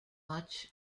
much